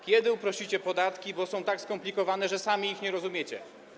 Kiedy uprościcie podatki, bo są tak skomplikowane, że sami ich nie rozumiecie?